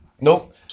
nope